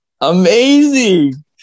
Amazing